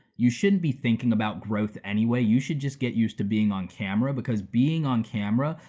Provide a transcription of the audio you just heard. you shouldn't be thinking about growth anyway, you should just get used to being on camera, because being on camera,